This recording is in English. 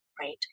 Right